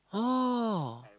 oh